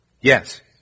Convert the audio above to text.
yes